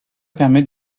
permet